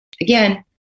Again